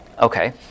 Okay